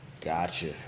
Gotcha